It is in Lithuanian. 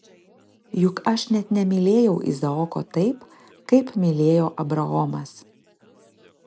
juk aš net nemylėjau izaoko taip kaip mylėjo abraomas